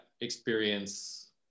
experience